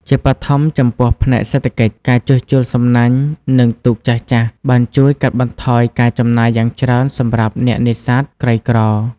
ជាបឋម ចំពោះ ផ្នែកសេដ្ឋកិច្ច ការជួសជុលសំណាញ់និងទូកចាស់ៗបានជួយកាត់បន្ថយការចំណាយយ៉ាងច្រើនសម្រាប់អ្នកនេសាទក្រីក្រ។